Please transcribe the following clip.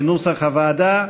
כנוסח הוועדה.